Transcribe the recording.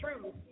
true